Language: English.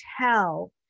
tell